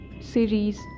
series